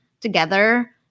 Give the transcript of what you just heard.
together